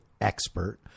expert